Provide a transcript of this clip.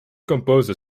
composed